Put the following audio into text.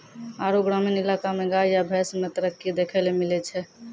आरु ग्रामीण इलाका मे गाय या भैंस मे तरक्की देखैलै मिलै छै